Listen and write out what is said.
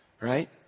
right